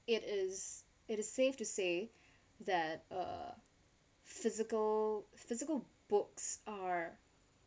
it is it is safe to say that uh physical physical books are